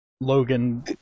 Logan